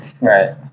Right